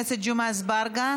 ואזרחי לכל אזרחי מדינת ישראל (תיקוני חקיקה)